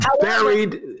buried